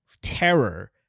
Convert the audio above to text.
terror